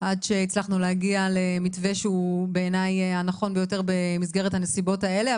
עד שהצלחנו להגיע למתווה שהוא בעיניי הנכון ביותר במסגרת הנסיבות האלה.